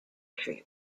troops